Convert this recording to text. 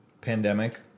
pandemic